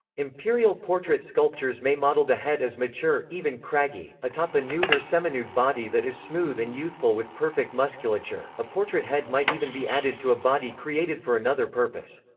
imperial portrait sculptures may model the head as mature, even craggy, atop a nude or seminude body that is smooth and youthful with perfect musculature a portrait head might even be added to a body created for another purpose.